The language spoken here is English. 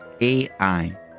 AI